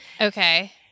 Okay